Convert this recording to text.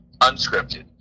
unscripted